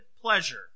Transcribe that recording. pleasure